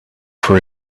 for